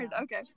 Okay